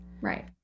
Right